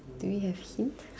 do we have hints